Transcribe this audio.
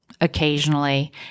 occasionally